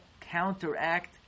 counteract